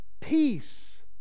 peace